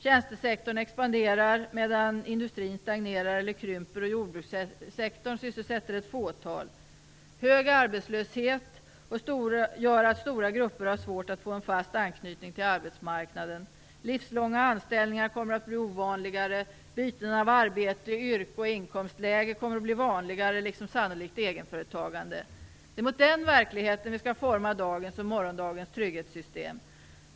Tjänstesektorn expanderar medan industrin stagnerar eller krymper och jordbrukssektorn sysselsätter ett fåtal. Hög arbetslöshet gör att stora grupper har svårt att få en fast anknytning till arbetsmarknaden. Livslånga anställningar kommer att bli ovanligare. Byten av arbete, yrke och inkomstläge kommer att bli vanligare, liksom sannolikt egenföretagande. Det är mot den verkligheten som vi skall forma dagens och morgondagens trygghetssystem.